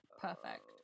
perfect